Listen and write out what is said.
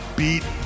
beat